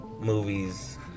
movies